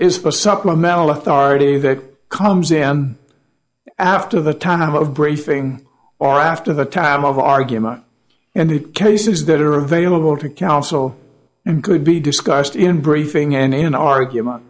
is for supplemental authority that comes in after the time of briefing or after the time of argument and the cases that are available to counsel and could be discussed in briefing and in argument